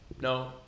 No